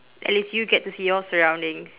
at least you get to see your surroundings